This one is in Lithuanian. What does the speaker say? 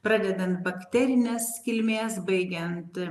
pradedant bakterinės kilmės baigiant